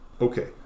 Okay